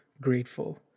grateful